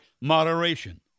moderation